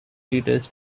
leaders